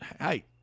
hey